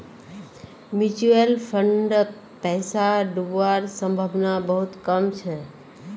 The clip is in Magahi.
म्यूचुअल फंडत पैसा डूबवार संभावना बहुत कम छ